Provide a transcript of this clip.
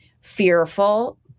fearful